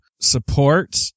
support